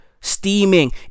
Steaming